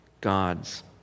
God's